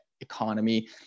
economy